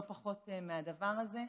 לא פחות מהדבר הזה.